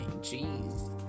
Jeez